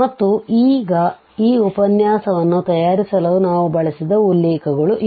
ಮತ್ತು ಈಗ ಈ ಉಪನ್ಯಾಸವನ್ನು ತಯಾರಿಸಲು ನಾವು ಬಳಸಿದ ಉಲ್ಲೇಖಗಳು ಇವು